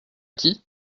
qui